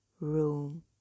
room